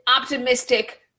optimistic